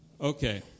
Okay